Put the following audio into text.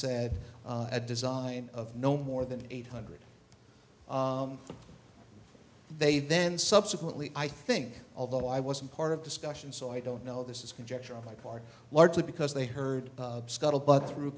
said a design of no more than eight hundred they then subsequently i think although i wasn't part of discussion so i don't know this is conjecture on my part largely because they heard scuttlebutt through